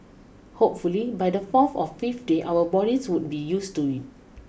hopefully by the fourth or fifth day our bodies would be used to it